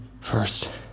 First